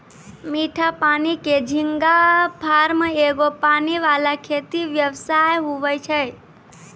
मीठा पानी के झींगा फार्म एगो पानी वाला खेती व्यवसाय हुवै छै